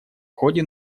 ходе